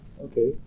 okay